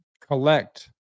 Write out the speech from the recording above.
collect